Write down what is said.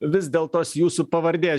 vis dėl tos jūsų pavardės